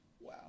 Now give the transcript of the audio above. Wow